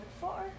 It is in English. four